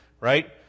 right